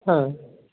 হ্যাঁ